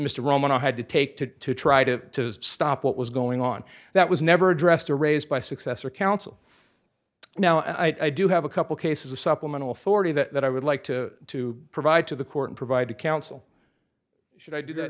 mr romanov had to take to try to stop what was going on that was never addressed or raised by successor counsel now i do have a couple cases a supplemental forty that i would like to to provide to the court and provide to counsel should i do that